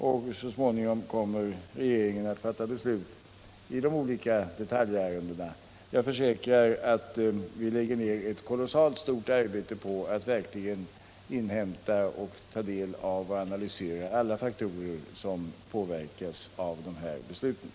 Och så småningom kommer regeringen att fatta beslut i de olika detaljärendena. Jag försäkrar att vi lägger ned ett mycket stort arbete på att verkligen inhämta, ta del av och analysera alla de faktorer som påverkas i de här sammanhangen.